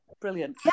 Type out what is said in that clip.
brilliant